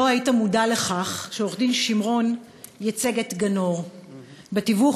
לא היית מודע לכך שעורך-דין שמרון ייצג את גנור בתיווך